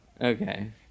Okay